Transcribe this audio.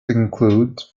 include